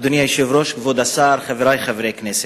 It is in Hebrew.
אדוני היושב-ראש, כבוד השר, חברי חברי הכנסת,